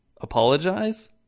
apologize